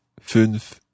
fünf